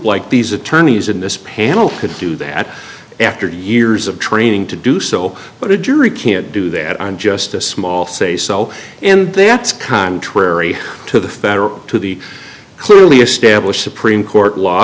like these attorneys in this panel could do that after years of training to do so but a jury can't do that on just a small say so and they act contrary to the federal to the clearly established supreme court law